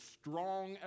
strong